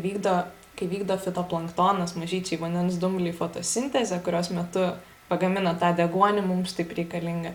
vykdo kai vykdo fitoplanktonas mažyčiai vandens dumbliai fotosintezę kurios metu pagamina tą deguonį mums taip reikalingą